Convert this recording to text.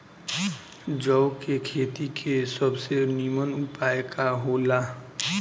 जौ के खेती के सबसे नीमन उपाय का हो ला?